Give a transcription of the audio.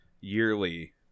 yearly